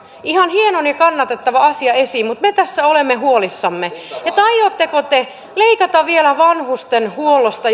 ihan hienon ja kannatettavan asian esiin mutta me tässä olemme huolissamme siitä aiotteko te leikata vielä vanhustenhuollosta